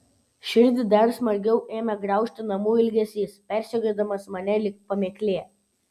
širdį dar smarkiau ėmė graužti namų ilgesys persekiodamas mane lyg pamėklė